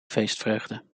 feestvreugde